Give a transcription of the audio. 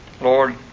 Lord